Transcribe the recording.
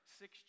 six